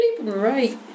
right